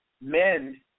men